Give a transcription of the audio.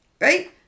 right